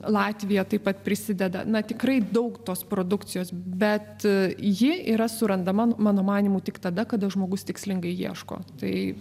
latvija taip pat prisideda na tikrai daug tos produkcijos bet ji yra surandama mano manymu tik tada kada žmogus tikslingai ieško tai